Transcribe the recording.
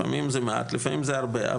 לפעמים זה מעט, לפעמים זה הרבה.